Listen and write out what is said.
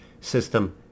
system